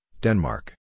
Denmark